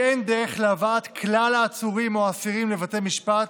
אין דרך להבאת כלל העצורים או האסירים לבתי המשפט,